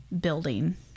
building